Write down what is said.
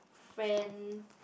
friend